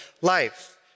life